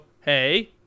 hey